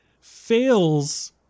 fails